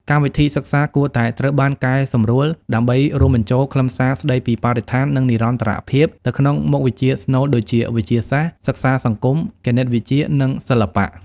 កម្មវិធីសិក្សាគួរតែត្រូវបានកែសម្រួលដើម្បីរួមបញ្ចូលខ្លឹមសារស្តីពីបរិស្ថាននិងនិរន្តរភាពទៅក្នុងមុខវិជ្ជាស្នូលដូចជា វិទ្យាសាស្ត្រ សិក្សាសង្គម គណិតវិទ្យា និងសិល្បៈ។